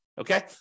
okay